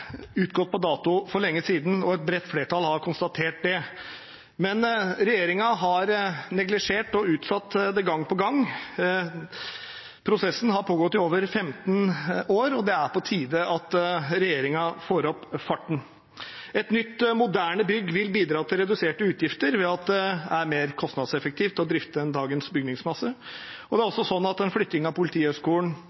utgått på dato for lenge siden, og et bredt flertall har konstatert det. Men regjeringen har neglisjert og utsatt det gang på gang. Prosessen har pågått i over 15 år, og det er på tide at regjeringen får opp farten. Et nytt, moderne bygg vil bidra til reduserte utgifter ved at det er mer kostnadseffektivt å drifte enn dagens bygningsmasse.